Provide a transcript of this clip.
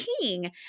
king